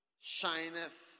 shineth